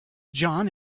john